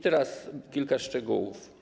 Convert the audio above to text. Teraz kilka szczegółów.